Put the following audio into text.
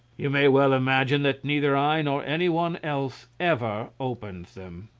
you may well imagine that neither i nor any one else ever opens them.